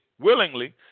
willingly